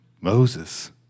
Moses